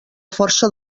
força